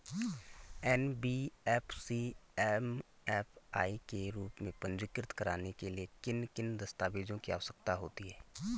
NBFC MFI के रूप में पंजीकृत कराने के लिए किन किन दस्तावेज़ों की आवश्यकता होती है?